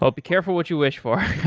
but be careful what you wish for